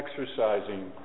exercising